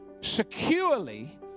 securely